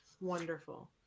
Wonderful